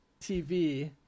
TV